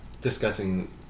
discussing